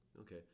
Okay